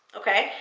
okay?